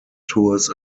tours